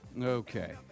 okay